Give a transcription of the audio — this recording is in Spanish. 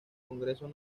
congresos